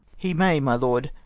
he may my lord,